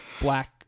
black